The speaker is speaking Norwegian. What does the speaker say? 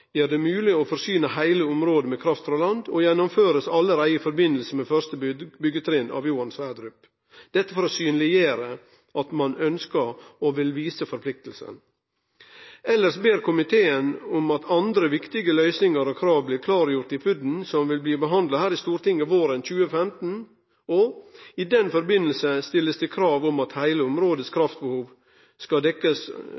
gjer det mogleg å forsyne heile området med kraft frå land, blir gjennomførde allereie i samband med første byggjetrinn av Johan Sverdrup, for å synleggjere at ein ønskjer å vise forpliktingane. Elles ber komiteen om at andre viktige løysingar og krav blir klargjorde i PUD-en som vil bli behandla her i Stortinget våren 2015. I den samanheng blir det stilt krav om at heile områdets